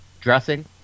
Dressing